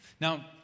Now